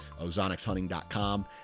ozonicshunting.com